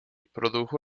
produjo